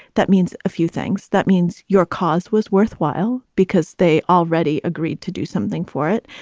that means a few things. that means your cause was worthwhile because they already agreed to do something for it.